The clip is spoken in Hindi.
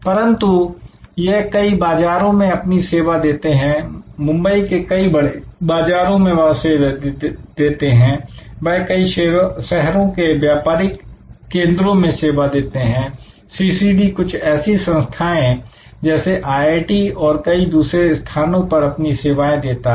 परंतु यह कई बाजारों में अपनी सेवा देते हैं मुंबई के कई बड़े बाजारों में वह सेवा देते हैं वह कई शहरों के व्यापारिक केंद्रों में सेवा देते हैं सीसीडी कुछ ऐसी संस्थाएं जैसे आईआईटी और कई दूसरे स्थानों पर अपनी सेवाएं देता है